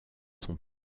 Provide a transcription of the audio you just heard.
son